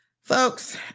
Folks